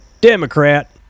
Democrat